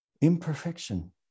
imperfection